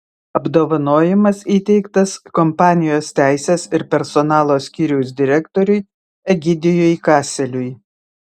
apdovanojimas įteiktas kompanijos teisės ir personalo skyriaus direktoriui egidijui kaseliui